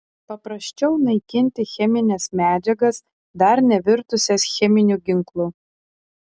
paprasčiau naikinti chemines medžiagas dar nevirtusias cheminiu ginklu